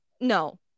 No